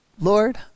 Lord